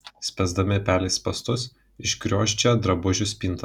spęsdami pelei spąstus išgriozdžia drabužių spintą